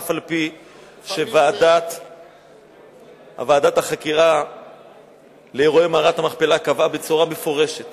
אף-על-פי שוועדת החקירה לאירועי מערת-המכפלה קבעה בצורה מפורשת